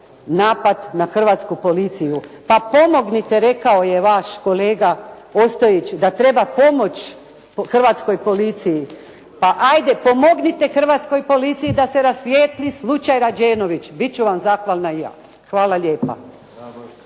napad na hrvatsku policiju. Pa pomognite, rekao je vaš kolega Ostojić, da treba pomoći hrvatskoj policiji. Pa ajde pomognite hrvatskoj policiji da se rasvijetli slučaj Rađenović. Bit ću vam zahvalna i ja. Hvala lijepa.